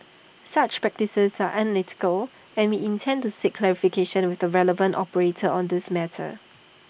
such practices are unethical and we intend to seek clarification with the relevant operator on this matter